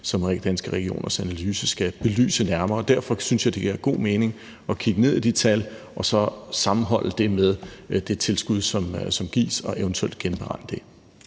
som Danske Regioners analyse skal belyse nærmere. Derfor synes jeg, det giver god mening at kigge ned i de tal og så sammenholde det med det tilskud, som gives – og eventuelt genberegne det.